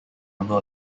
number